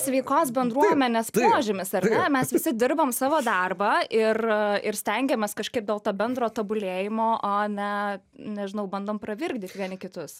sveikos bendruomenės požymis ar ne mes visi dirbam savo darbą ir ir stengiamės kažkaip dėl to bendro tobulėjimo o ne nežinau bandom pravirkdyt vieni kitus